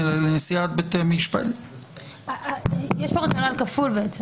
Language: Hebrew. יש כאן רציונל כפול.